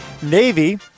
Navy